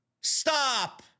Stop